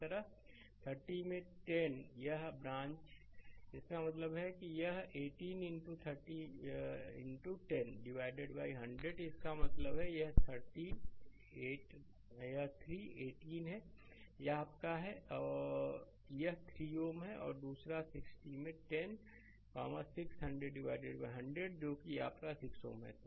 इसी तरह 30 में 10 यह ब्रांच इसका मतलब है कि यह 18 इनटू 30 में 10 विभाजित 100 है इसका मतलब यह है कि यह 3 18 है यह आपका है यह 3 Ω है और दूसरा 60 में 10 600100 है जो आपका 6 Ω है